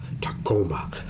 Tacoma